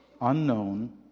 Unknown